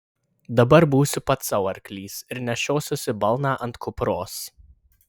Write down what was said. dabar būsiu pats sau arklys ir nešiosiuosi balną ant kupros